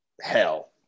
Hell